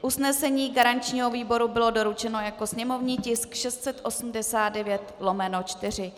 Usnesení garančního výboru bylo doručeno jako sněmovní tisk 689/4.